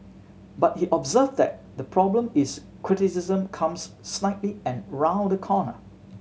but he observed that the problem is criticism comes snidely and round the corner